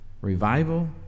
Revival